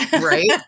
Right